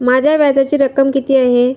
माझ्या व्याजाची रक्कम किती आहे?